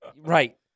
Right